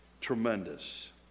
tremendous